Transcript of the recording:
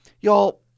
Y'all